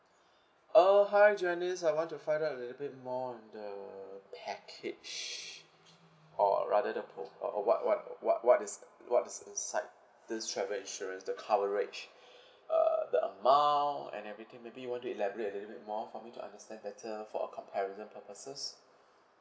oh hi janice I want to find out a little bit more on the package or rather the p~ or uh what what uh what what is uh what is inside this travel insurance the coverage uh the amount and everything maybe you want to elaborate a little bit more for me to understand better for a comparison purposes